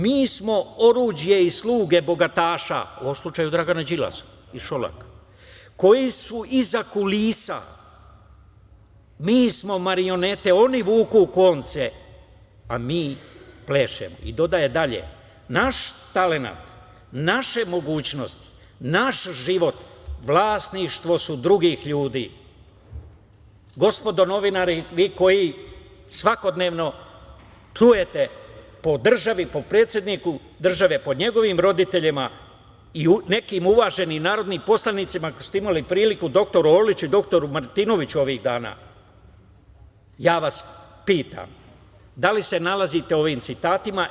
Mi smo oruđe i sluge bogataša“, u ovom slučaju Dragana Đilasa i Šolaka, „koji su iza kulisa, mi smo marionete, oni vuku konce, a mi plešemo.“ Dodaje dalje: „Naš talenat, naše mogućnosti, naš život, vlasništvo su drugih ljudi.“ Gospodo novinari, vi koji svakodnevno pljujete po državi, po predsedniku države, po njegovim roditeljima, i nekim uvaženim narodnim poslanicima, ako ste imali priliku dr Orliću i dr Martinoviću ovih dana, ja vas pitam – da li se nalazite u ovim citatima?